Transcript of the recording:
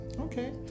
Okay